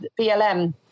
BLM